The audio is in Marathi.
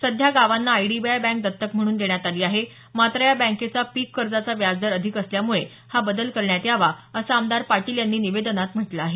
सध्या गावांना आयडीबीआय बँक दत्तक म्हणून देण्यात आली आहे मात्र या बँकेचा पीक कर्जाचा व्याज दर अधिक असल्यामुळे हा बदल करण्यात यावा असं आमदार पाटील यांनी निवेदनात म्हटलं आहे